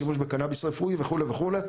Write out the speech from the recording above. שימוש בקנאביס רפואי וכולי וכולי.